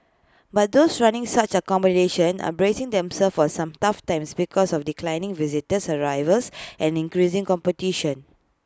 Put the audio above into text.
but those running such accommodation are bracing themselves for some tough times because of declining visitors arrivals and increasing competition